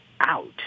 out